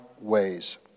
ways